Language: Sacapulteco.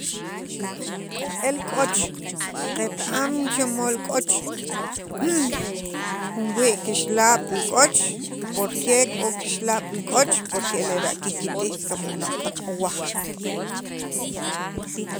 el k'ooch qet- am cher mod li k'ooch jun wii' kixalaab' li k'ooch porque k'o kixalaab' li k'ooch porque e lera' kiktij kamnaq taq awaj.